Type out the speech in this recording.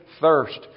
thirst